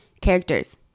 characters